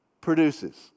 produces